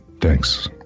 Thanks